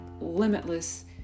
limitless